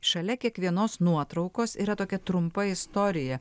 šalia kiekvienos nuotraukos yra tokia trumpa istorija